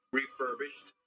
refurbished